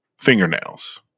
fingernails